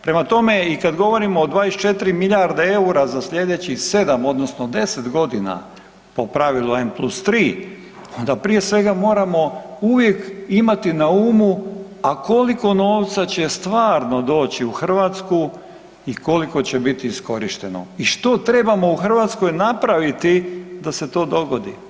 Prema tome, i kad govorimo o 24 milijardi eura za slijedeći 7 odnosno 10 g. po pravilu M+3, onda prije svega moramo uvijek imati na umu, a koliko novca će stvarno doći u Hrvatsku i koliko će biti iskorišteno i što trebamo u Hrvatskoj napraviti da se to dogodi.